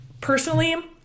personally